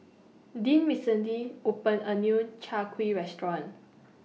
Deann recently opened A New Chai Kuih Restaurant